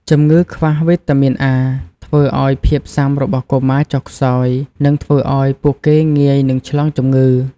ជម្ងឺកង្វះវីតាមីន A ធ្វើឱ្យភាពស៊ាំរបស់កុមារចុះខ្សោយ និងធ្វើឱ្យពួកគេងាយនឹងឆ្លងជម្ងឺ។